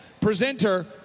presenter